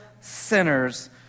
sinners